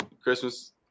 Christmas